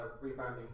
rebounding